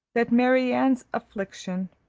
that marianne's affliction,